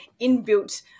inbuilt